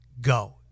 Go